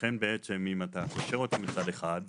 בעצם אם אתה קושר אותם מצד אחד,